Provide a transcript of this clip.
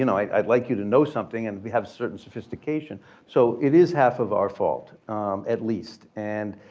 you know i'd i'd like you to know something and we have certain sophistication. so it is half of our fault at least and